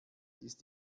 ist